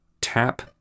tap